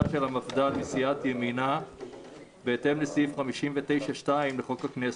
של המפד"ל מסיעת ימינה בהתאם לסעיף 59(2) לחוק הכנסת.